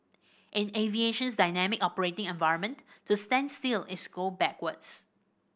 in aviation's dynamic operating environment to stand still is go backwards